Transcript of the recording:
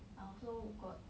I also got